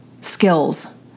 skills